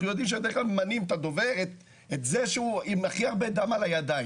אנחנו יודעים שבדרך כלל ממנים את זה שהוא עם הכי הרבה דם על הידיים.